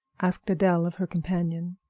asked adele of her companion,